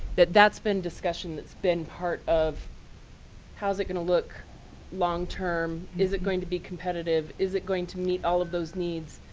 that's been discussion that's been part of how is it going to look long term? is it going to be competitive? is it going to meet all of those needs?